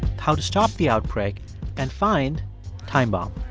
how to stop the outbreak and find timebomb.